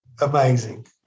Amazing